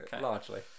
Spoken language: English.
largely